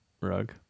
Rug